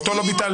ואותו לא ביטלנו.